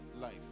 life